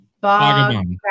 Bob